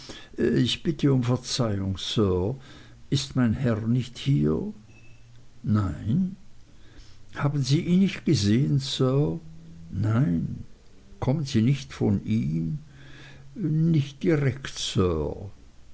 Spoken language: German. ich bitte um verzeihung sir ist mein heer nicht hier nein haben sie ihn nicht gesehen sir nein kommen sie nicht von ihm nicht direkt